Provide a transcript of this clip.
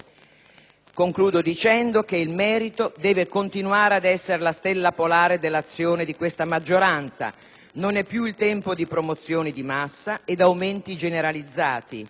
Concludo affermando che il merito deve continuare ad essere la stella polare dell'azione di questa maggioranza. Non è più il tempo di promozioni di massa e di aumenti generalizzati.